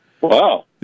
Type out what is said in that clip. Wow